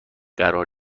قرار